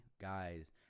guys